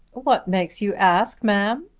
what makes you ask, ma'am?